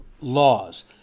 laws